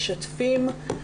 משתפים.